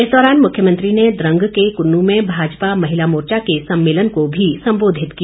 इस दौरान मुख्यमंत्री ने द्रंग के कुन्नू में भाजपा महिला मोर्चा के सम्मेलन को भी सम्बोधित किया